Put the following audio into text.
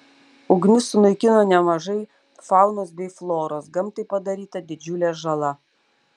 ugnis sunaikino nemažai faunos bei floros gamtai padaryta didžiulė žala